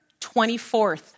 24th